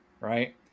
right